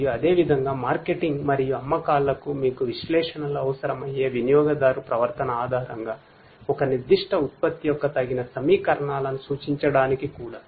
మరియు అదేవిధంగా మార్కెటింగ్ మరియు అమ్మకాలకు మీకు విశ్లేషణలు అవసరమయ్యే వినియోగదారు ప్రవర్తన ఆధారంగా ఒక నిర్దిష్ట ఉత్పత్తి యొక్క తగిన నవీకరణలను సూచించడానికి కూడా